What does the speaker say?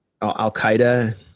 al-Qaeda